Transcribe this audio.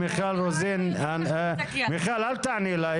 מיכל, אל תעני לה.